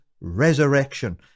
resurrection